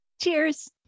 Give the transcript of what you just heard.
Cheers